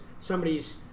somebody's